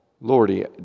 Lordy